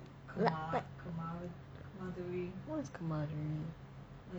what's camaraderie